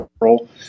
role